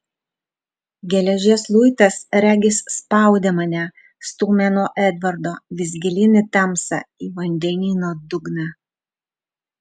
geležies luitas regis spaudė mane stūmė nuo edvardo vis gilyn į tamsą į vandenyno dugną